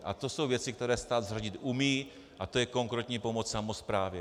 A to jsou věci, které stát zařídit umí, a to je konkrétní pomoc samosprávě.